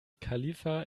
khalifa